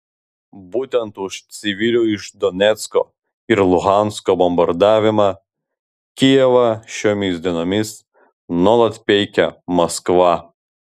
būtent už civilių iš donecko ir luhansko bombardavimą kijevą šiomis dienomis nuolat peikia maskva